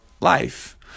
life